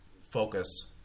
focus